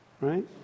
right